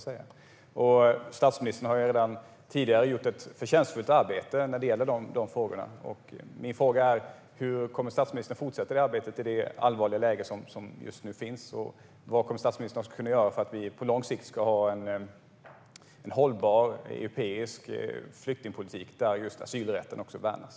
Statsministern har redan tidigare gjort ett förtjänstfullt arbete när det gäller de frågorna. Min fråga är: Hur kommer statsministern att fortsätta arbetet i det allvarliga läge som just nu råder, och vad kommer statsministern att kunna göra för att vi på lång sikt ska ha en hållbar europeisk flyktingpolitik där asylrätten värnas?